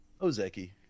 Ozeki